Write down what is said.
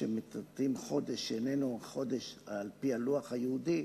כשמצטטים חודש שאיננו חודש על-פי הלוח היהודי,